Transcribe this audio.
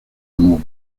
amor